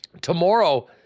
Tomorrow